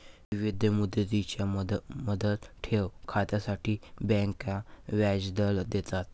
विविध मुदतींच्या मुदत ठेव खात्यांसाठी बँका व्याजदर देतात